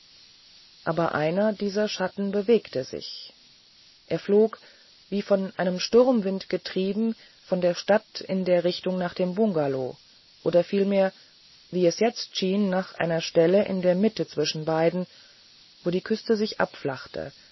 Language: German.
aber einer dieser schatten bewegte sich er flog wie von einem sturmwind getrieben von der stadt in der richtung nach dem bungalow oder vielmehr wie es jetzt schien nach einer stelle in der mitte zwischen beiden wo die küste sich abflachte